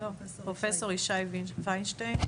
פרופסור ישי ויינשטיין,